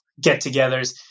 get-togethers